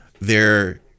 They're